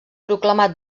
proclamat